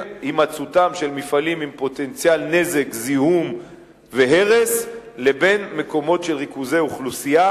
מפעלים עם פוטנציאל נזק זיהום והרס לבין מקומות של ריכוזי אוכלוסייה.